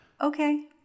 okay